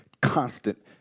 constant